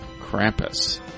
Krampus